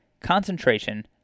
concentration